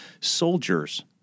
soldiers